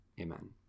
Amen